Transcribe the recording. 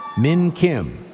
min kim.